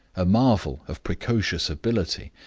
a marvel of precocious ability,